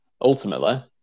Ultimately